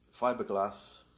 fiberglass